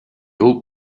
old